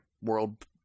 world